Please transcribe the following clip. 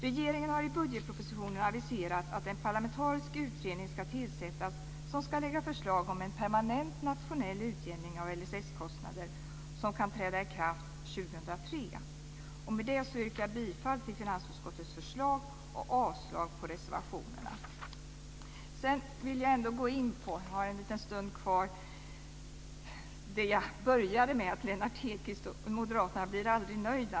Regeringen har i budgetpropositionen aviserat att en parlamentarisk utredning ska tillsättas som ska lägga fram förslag om en permanent nationell utjämning av LSS-kostnader som kan träda i kraft år 2003. Med detta yrkar jag bifall till finansutskottets förslag och avslag på reservationerna. Eftersom en del av min talartid återstår vill jag gå in på det jag inledde med, nämligen detta med att Lennart Hedquist och moderaterna aldrig blir nöjda.